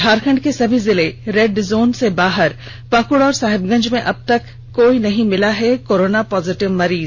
झारखंड के सभी जिले रेड जोन से बाहर पाकुड़ और साहेबगंज मे अब तक कोई नही त् मिला है कोरोना पॉजिटीव मरीज